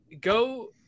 go